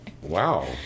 Wow